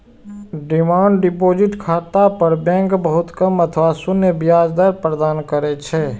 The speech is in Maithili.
डिमांड डिपोजिट खाता पर बैंक बहुत कम अथवा शून्य ब्याज दर प्रदान करै छै